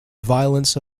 violence